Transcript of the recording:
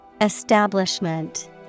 Establishment